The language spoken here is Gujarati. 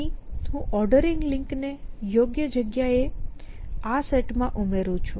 અહીં હું ઓર્ડરિંગ લિંક ને યોગ્ય જગ્યા એ આ સેટ માં ઉમેરું છું